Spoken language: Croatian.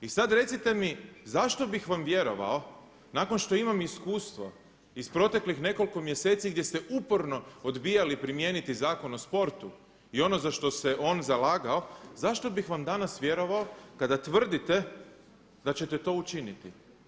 I sad recite mi zašto bih vam vjerovao nakon što imam iskustvo iz proteklih nekoliko mjeseci gdje ste uporno odbijali primijeniti Zakon o sportu i ono za što se on zalagao zašto bih vam danas vjerovao kada tvrdite da ćete to učiniti.